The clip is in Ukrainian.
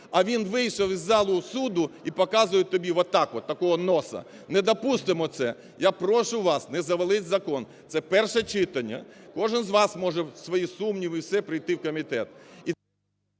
а він вийшов із залу суду і показує тобі отак вот, такого носа. Недопустимо це. Я прошу вас, не завалити закон – це перше читання. Кожен з вас свої сумніви, прийти в комітет…